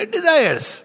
Desires